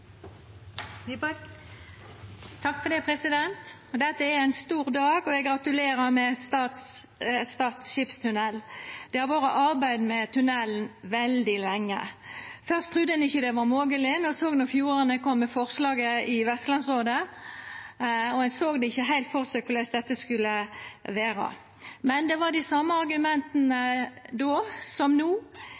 og eg gratulerer med Stad skipstunnel! Det har vore arbeidd med tunnelen veldig lenge. Først trudde ein ikkje det var mogleg då Sogn og Fjordane kom med forslaget i Vestlandsrådet. Ein såg ikkje heilt for seg korleis dette skulle vera. Men det var dei same argumenta då som no,